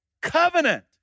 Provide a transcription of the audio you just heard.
covenant